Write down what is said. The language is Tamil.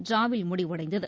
டிராவில் முடிவடைந்தது